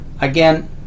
again